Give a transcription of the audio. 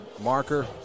marker